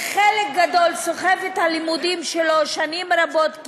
חלק גדול סוחבים את הלימודים שלהם שנים רבות,